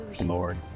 Lord